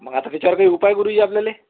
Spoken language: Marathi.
मग आता त्याच्यावरती काही उपाय गुरुजी आपल्याला